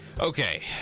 Okay